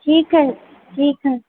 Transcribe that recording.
ठीक है ठीक है